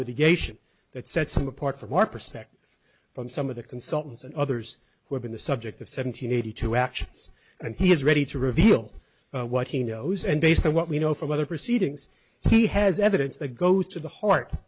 litigation that sets him apart from our perspective from some of the consultants and others who have been the subject of seven hundred eighty two actions and he is ready to reveal what he knows and based on what we know from other proceedings he has evidence that goes to the heart